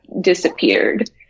disappeared